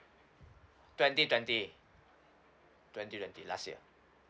twenty twenty twenty twenty last year